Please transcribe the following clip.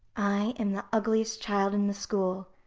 i am the ugliest child in the school,